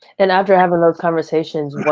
and after having those conversations,